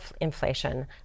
inflation